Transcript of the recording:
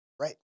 Right